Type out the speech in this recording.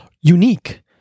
unique